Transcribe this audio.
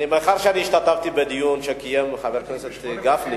מאחר שהשתתפתי בדיון שקיים חבר הכנסת גפני,